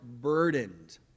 burdened